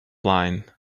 line